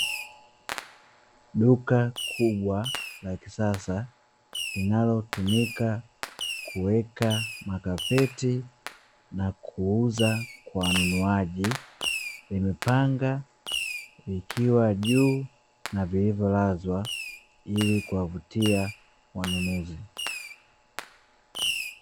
Duka kubwa la kisasa linalotumika kuweka makapeti na kuuza kwa wanunuaji, limepanga vikiwa juu na vilivyolazwa ili kuwavutia wanunuzi.